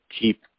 keep